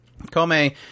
Kome